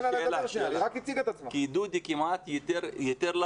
קודם כל, אני